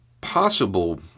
possible